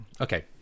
Okay